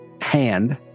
hand